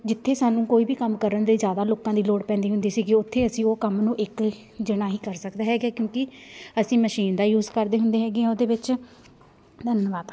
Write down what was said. ਜਿੱਥੇ ਸਾਨੂੰ ਕੋਈ ਵੀ ਕੰਮ ਕਰਨ ਦੇ ਜ਼ਿਆਦਾ ਲੋਕਾਂ ਦੀ ਲੋੜ ਪੈਂਦੀ ਹੁੰਦੀ ਸੀਗੀ ਉੱਥੇ ਅਸੀਂ ਉਹ ਕੰਮ ਨੂੰ ਇੱਕ ਜਣਾ ਹੀ ਕਰ ਸਕਦਾ ਹੈਗਾ ਕਿਉਂਕਿ ਅਸੀਂ ਮਸ਼ੀਨ ਦਾ ਯੂਜ਼ ਕਰਦੇ ਹੁੰਦੇ ਹੈਗੇ ਹਾਂ ਉਹਦੇ ਵਿੱਚ ਧੰਨਵਾਦ